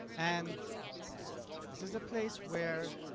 and this is the place where,